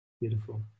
Beautiful